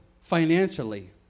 financially